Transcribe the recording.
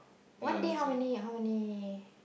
one day how many how many